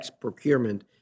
procurement